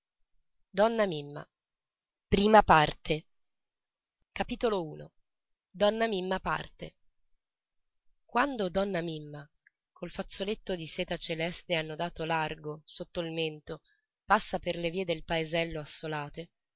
donna mimma i donna mimma parte quando donna mimma col fazzoletto di seta celeste annodato largo sotto il mento passa per le vie del paesello assolate